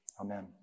Amen